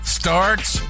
starts